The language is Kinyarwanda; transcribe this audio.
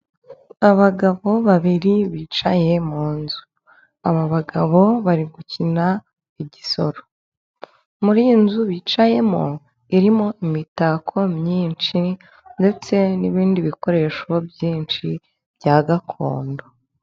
Abagabo babiri bicaye mu nzu. Aba bagabo bari gukina igisoro. Muri iyi nzu bicayemo, irimo imitako myinshi ndetse n'ibindi bikoresho byinshi bya gakondo.